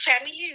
Family